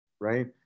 Right